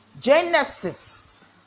Genesis